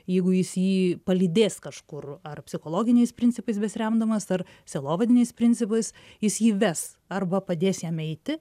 jeigu jis jį palydės kažkur ar psichologiniais principais besiremdamas ar sielovadiniais principais jis jį ves arba padės jam eiti